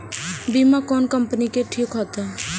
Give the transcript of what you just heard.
बीमा कोन कम्पनी के ठीक होते?